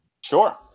Sure